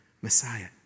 Messiah